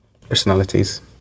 personalities